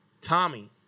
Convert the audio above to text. Tommy